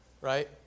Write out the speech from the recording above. right